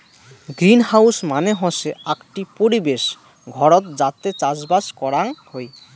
greenhouse মানে হসে আকটি পরিবেশ ঘরত যাতে চাষবাস করাং হই